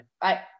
Bye